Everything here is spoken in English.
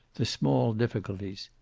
the small difficulties.